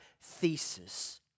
Thesis